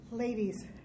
ladies